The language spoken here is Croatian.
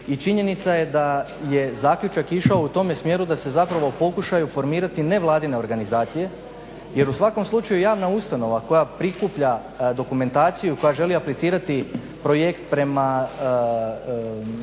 činjenica je da je zaključak išao u tome smjeru da se pokušaju formirati nevladine organizacije jer u svakom slučaju javna ustanova koja prikuplja dokumentaciju koja želi aplicirati projekt prema uredima